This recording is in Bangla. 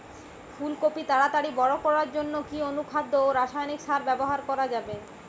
ফুল কপি তাড়াতাড়ি বড় করার জন্য কি অনুখাদ্য ও রাসায়নিক সার ব্যবহার করা যাবে?